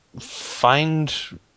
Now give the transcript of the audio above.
find